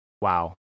wow